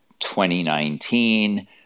2019